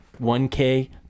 1K